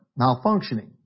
malfunctioning